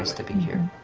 to be here.